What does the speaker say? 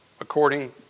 according